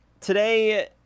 today